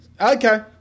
okay